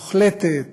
מוחלטת,